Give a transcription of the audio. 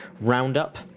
roundup